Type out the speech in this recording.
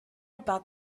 about